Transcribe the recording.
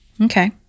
Okay